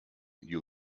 you